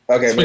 Okay